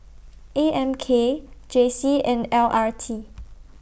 A M K J C and L R T